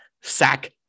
Sack